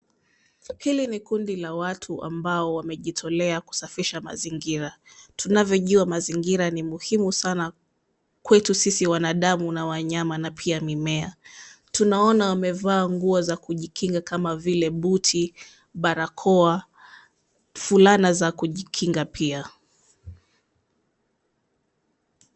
Hili ni kundi la watu ambao wamejitolea kusafisha mazingira. Tunavyojua mazingira ni muhimu sana kwetu sisi wanadamu na wanyama na pia mimea. Tunaona wamevaa nguo za kujikinga kama vile buti, barakoa, fulana za kujikinga pia.